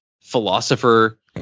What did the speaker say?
philosopher